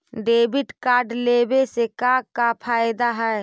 Debit card लेवे से का का फायदा है?